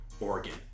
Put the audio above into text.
Oregon